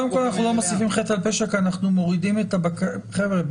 קודם כל אנחנו לא מוסיפים חטא על פשע כי אנחנו מורידים את ה חבר'ה,